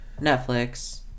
Netflix